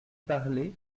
parler